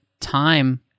time